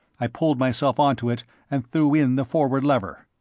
i pulled myself onto it and threw in the forward lever.